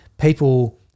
people